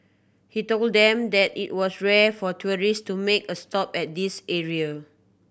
he told them that it was rare for tourist to make a stop at this area